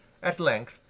at length,